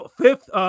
fifth